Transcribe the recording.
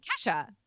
Kesha